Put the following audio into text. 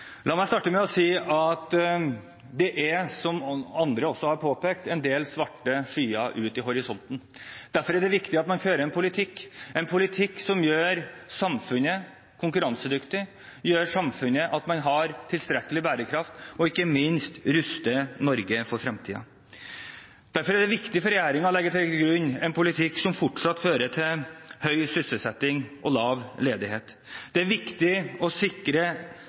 La meg starte med å si at det er, som andre også har påpekt, en del svarte skyer i horisonten. Derfor er det viktig at man fører en politikk som gjør samfunnet konkurransedyktig, som gjør at man har tilstrekkelig bærekraft og ikke minst ruster Norge for fremtiden. Derfor er det viktig for regjeringen å legge til grunn en politikk som fortsatt fører til høy sysselsetting og lav ledighet. Det er viktig å sikre